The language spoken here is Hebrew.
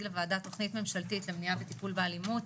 לוועדה תוכנית ממשלתית למניעה וטיפול באלימות,